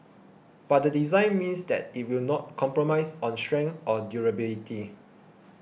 but the design means that it will not compromise on strength or durability